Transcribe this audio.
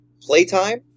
playtime